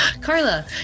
Carla